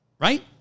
Right